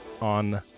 on